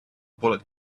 bullet